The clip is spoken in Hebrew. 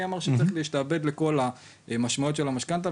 מי אמר שצריך להשתעבד לכל המשמעויות של המשכנתא?